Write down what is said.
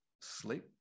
sleep